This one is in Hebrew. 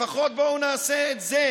לפחות בואו נעשה את זה.